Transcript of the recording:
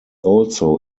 also